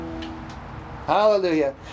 Hallelujah